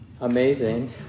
amazing